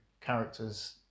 characters